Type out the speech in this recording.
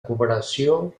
cooperació